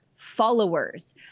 followers